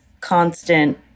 constant